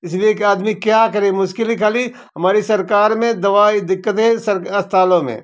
इसलिए के आदमी क्या करे मुश्किल ही खाली हमारी सरकार में दवाई दिक्कतें सर अस्पतालो में